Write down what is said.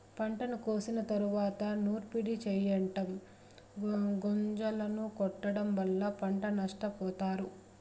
పంటను కోసిన తరువాత నూర్పిడి చెయ్యటం, గొంజలను కొట్టడం వల్ల పంట నష్టపోతారు